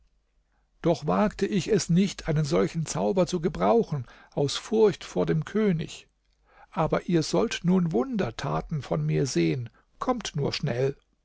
doch wagte ich es nicht einen solchen zauber zu gebrauchen aus furcht vor dem könig aber ihr sollt nun wundertaten von mir sehen kommt nur schnell